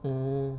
mm